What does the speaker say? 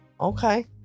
Okay